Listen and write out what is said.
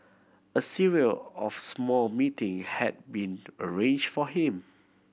a serial of small meeting had been arrange for him